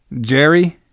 Jerry